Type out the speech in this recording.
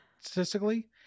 statistically